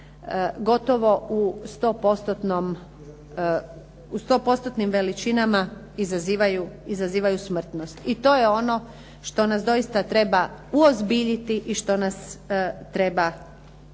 gotovo u 100%-tnim veličinama izazivaju smrtnost i to je ono što nas doista treba uozbiljiti i što nas treba u neku